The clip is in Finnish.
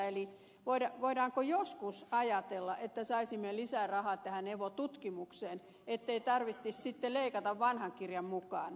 eli voidaanko joskus ajatella että saisimme lisää rahaa evo tutkimukseen ettei tarvitsisi sitten leikata vanhan kirjan mukaan